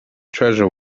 treasure